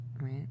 Right